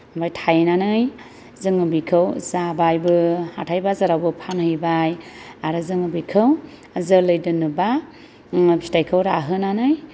ओमफाय थायनानै जोङो बिखौ जाबायबो हाथाय बाजारावबो फानहैबाय आरो जोङो बेखौ जोलै दोननोब्ला फिथायखौ राहोनानै